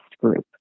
group